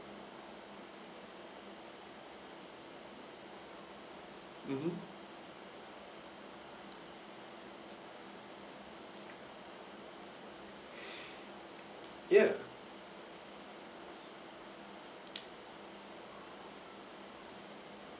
mmhmm ya